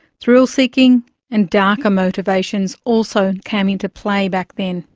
thrill seeking and darker motivations also came into play back then.